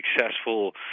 successful